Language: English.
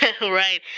Right